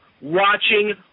watching